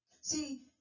See